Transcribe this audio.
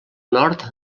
nord